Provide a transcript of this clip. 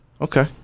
Okay